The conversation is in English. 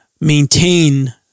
maintain